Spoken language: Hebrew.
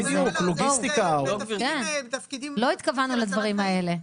לא התכוונו לדברים כאלה.